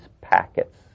packets